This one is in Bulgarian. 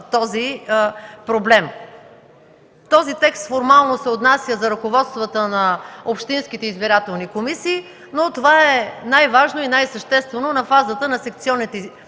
Текстът формално се отнася до ръководството на общинските избирателни комисии, но това е най-важно и най-съществено на фазата на секционните избирателни комисии,